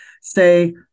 say